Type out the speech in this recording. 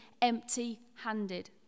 empty-handed